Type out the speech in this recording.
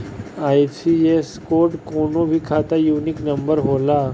IFSC code कवनो भी खाता यूनिक नंबर होला